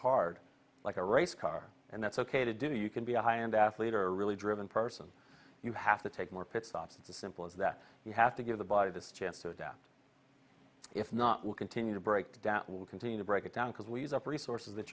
hard like a race car and that's ok to do you can be a high end athlete or a really driven person you have to take more pitstop of the simple as that you have to give the body this chance to adapt if not we'll continue to break down we'll continue to break it down because we use up resources that